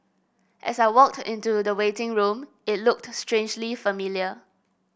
as I walked into the waiting room it looked strangely familiar